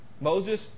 Moses